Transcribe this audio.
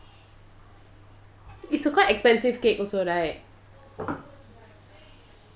it's a quite expensive cake also right